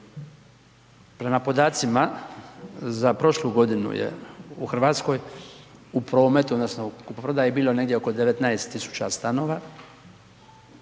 Prema podacima za prošlu godinu je u Hrvatskoj u prometu odnosno u kupoprodaji bilo negdje oko 19 000 stanova,